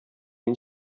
мин